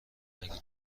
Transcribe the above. اگه